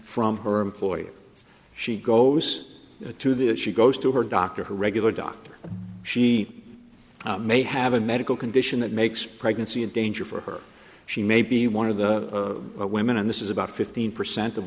from her employer she goes to that she goes to her doctor her regular doctor she may have a medical condition that makes pregnancy a danger for her she may be one of the women and this is about fifteen percent of